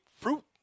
fruit